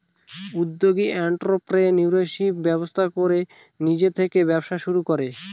উদ্যোগী এন্ট্ররপ্রেনিউরশিপ ব্যবস্থা করে নিজে থেকে ব্যবসা শুরু করে